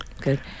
good